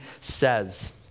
says